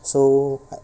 so